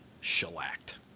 shellacked